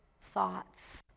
thoughts